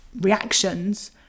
reactions